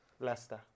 leicester